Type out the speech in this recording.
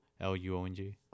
L-U-O-N-G